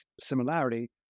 similarity